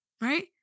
right